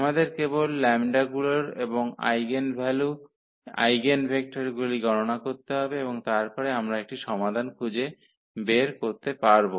আমাদের কেবল λ গুলোর এবং আইগেনভ্যালু আইগেনভেক্টরগুলি গণনা করতে হবে এবং তারপরে আমরা একটি সমাধান খুঁজে বের করতে পারব